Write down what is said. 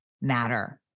matter